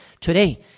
today